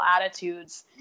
attitudes